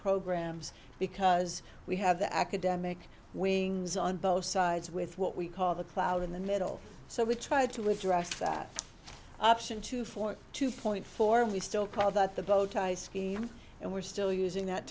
programs because we have the academic wings on both sides with what we call the cloud in the middle so we try to live dress that option two for two point four we still call that the bow tie scheme and we're still using that